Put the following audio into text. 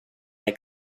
der